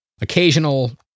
occasional